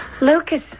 Lucas